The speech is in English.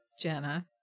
Jenna